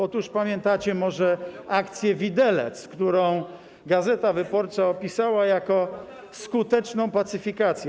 Otóż pamiętacie może akcję „Widelec”, którą „Gazeta Wyborcza” opisała jako skuteczną pacyfikację?